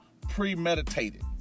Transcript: premeditated